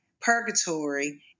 purgatory